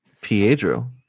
Pedro